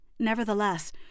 Nevertheless